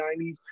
90s